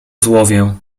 złowię